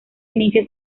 inicia